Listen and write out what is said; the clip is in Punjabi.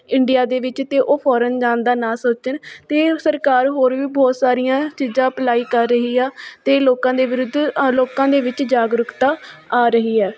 ਇੰਡੀਆ ਦੇ ਵਿੱਚ ਅਤੇ ਉਹ ਫੋਰਨ ਜਾਣ ਦਾ ਨਾ ਸੋਚਣ ਅਤੇ ਸਰਕਾਰ ਹੋਰ ਵੀ ਬਹੁਤ ਸਾਰੀਆਂ ਚੀਜ਼ਾਂ ਅਪਲਾਈ ਕਰ ਰਹੀ ਆ ਅਤੇ ਲੋਕਾਂ ਦੇ ਵਿਰੁੱਧ ਲੋਕਾਂ ਦੇ ਵਿੱਚ ਜਾਗਰੂਕਤਾ ਆ ਰਹੀ ਹੈ